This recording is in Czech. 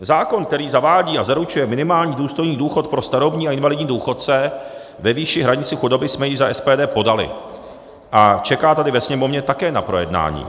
Zákon, který zavádí a zaručuje minimální důstojný důchod pro starobní a invalidní důchodce ve výši hranice chudoby, jsme již za SPD podali a čeká tady ve Sněmovně také na projednání.